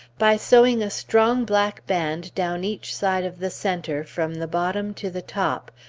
by sewing a strong black band down each side of the centre from the bottom to the top,